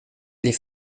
les